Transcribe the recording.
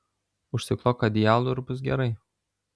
užsiklok adijalu ir bus gerai